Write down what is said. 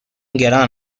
گران